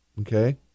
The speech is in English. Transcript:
Okay